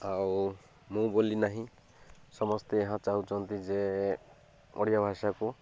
ଆଉ ମୁଁ ବୋଲି ନାହିଁ ସମସ୍ତେ ଏହା ଚାହୁଁଛନ୍ତି ଯେ ଓଡ଼ିଆ ଭାଷାକୁ